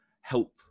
help